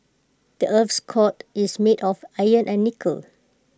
the Earth's core is made of iron and nickel